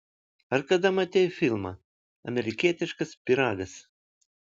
ar kada matei filmą amerikietiškas pyragas